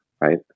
right